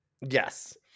Yes